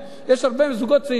יש הרבה זוגות צעירים,